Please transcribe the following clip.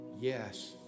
Yes